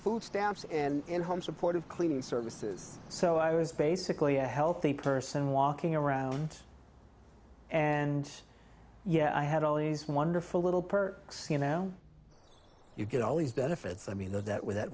food stamps and home support of cleaning services so i was basically a healthy person walking around and yeah i had all these wonderful little per say now you get all these benefits i mean though that with that